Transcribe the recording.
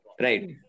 right